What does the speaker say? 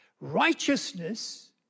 Righteousness